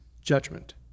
Judgment